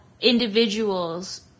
individuals